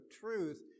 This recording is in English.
truth